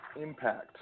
impact